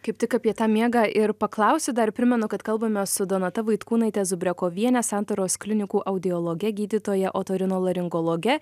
kaip tik apie tą miegą ir paklausiu dar primenu kad kalbamės su donata vaitkūnaite zubrekoviene santaros klinikų audiologe gydytoja otorinolaringologe